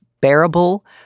bearable